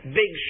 big